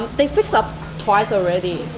they fixed up twice already.